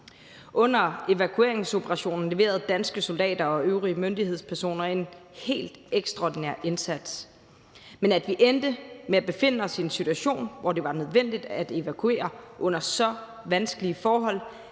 Under evakueringsoperationen leverede danske soldater og øvrige myndighedspersoner en helt ekstraordinær indsats, men at vi endte med at befinde os i en situation, hvor det var nødvendigt at evakuere under så vanskelige forhold,